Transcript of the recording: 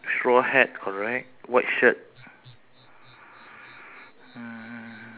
the seashell on the beside the fishes how many fishes you have